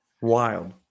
wild